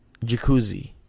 Jacuzzi